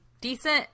decent